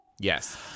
Yes